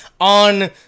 on